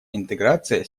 интеграция